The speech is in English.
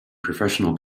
professional